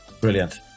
Brilliant